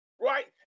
right